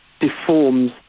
deforms